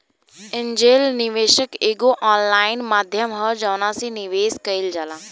angel निवेशक एगो online माध्यम ह जवना से निवेश कईल जाला